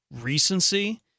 recency